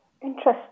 Interesting